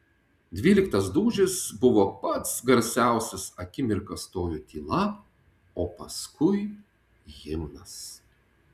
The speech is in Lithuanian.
dvyliktas dūžis buvo pats garsiausias akimirką stojo tyla o paskui himnas